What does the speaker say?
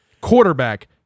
Quarterback